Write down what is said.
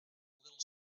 little